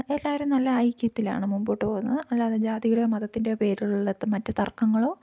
എല്ലാവരും നല്ല ഐക്യത്തിലാണ് മുമ്പോട്ട് പോകുന്നത് അല്ലാതെ ജാതിയുടെയോ മതത്തിൻ്റെയോ പേരിലുള്ള ത മറ്റു തർക്കങ്ങളോ